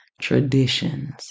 traditions